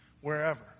wherever